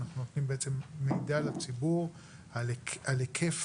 אנחנו נותנים מידע לציבור על היקף